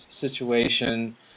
situation